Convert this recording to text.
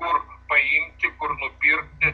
kur paimti kur nupirkti